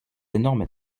énorme